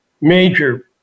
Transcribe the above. major